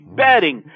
betting